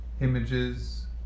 images